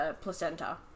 placenta